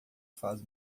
faz